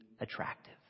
attractive